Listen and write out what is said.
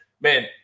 Man